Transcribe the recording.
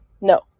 No